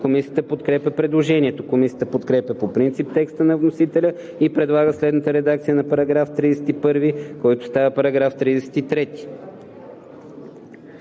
Комисията подкрепя предложението. Комисията подкрепя по принцип текста на вносителя и предлага следната редакция на § 31, който става § 33: „§ 33.